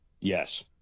Yes